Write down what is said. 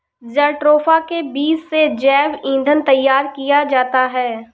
jatropha के बीज से जैव ईंधन तैयार किया जाता है